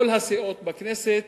כל הסיעות בכנסת